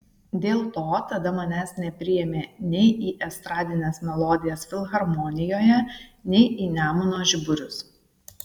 dėl to tada manęs nepriėmė nei į estradines melodijas filharmonijoje nei į nemuno žiburius